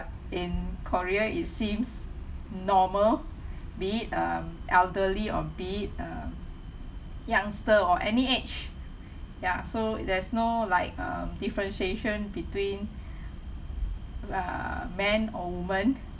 in korea it seems normal be it um elderly or be it um youngster or any age ya so there's no like um differentiation between err man or woman